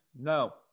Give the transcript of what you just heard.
No